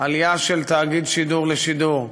העלייה של תאגיד שידור לשידור,